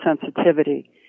sensitivity